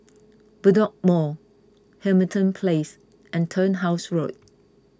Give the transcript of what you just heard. Bedok Mall Hamilton Place and Turnhouse Road